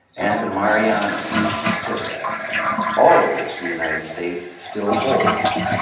and the marianas in the pacific all of which the united states still holds,